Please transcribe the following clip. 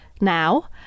now